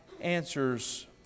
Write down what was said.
answers